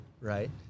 Right